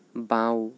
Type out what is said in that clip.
বাঁও